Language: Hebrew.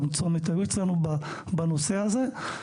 גם צומת המליץ לנו בנושא הזה.